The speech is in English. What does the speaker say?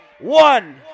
One